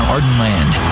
Ardenland